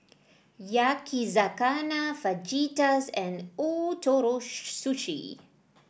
Yakizakana Fajitas and Ootoro Su Sushi